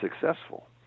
successful